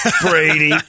Brady